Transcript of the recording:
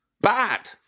Bad